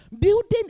Building